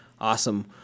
Awesome